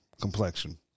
complexion